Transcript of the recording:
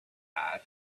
asked